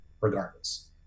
regardless